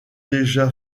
déjà